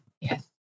Yes